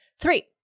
Three